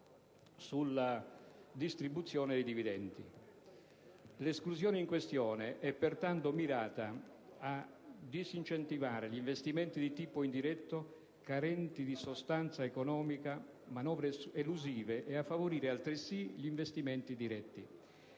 L'esclusione in questione è, pertanto, mirata a disincentivare gli investimenti di tipo indiretto carenti di sostanza economica (manovre elusive) e a favorire altresì gli investimenti diretti.